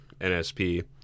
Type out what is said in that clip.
nsp